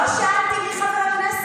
לא שאלתי מי חבר הכנסת.